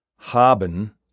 Haben